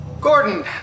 Gordon